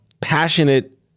passionate